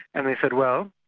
and they said, well,